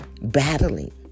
battling